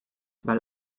weil